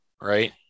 right